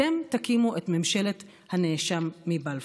אתם תקימו את ממשלת הנאשם מבלפור.